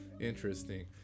interesting